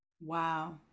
Wow